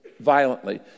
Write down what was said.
violently